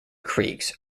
creeks